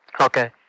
Okay